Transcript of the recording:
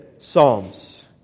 psalms